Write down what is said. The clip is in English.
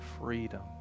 freedom